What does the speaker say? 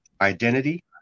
Identity